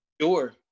sure